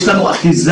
יש לנו אחיזה,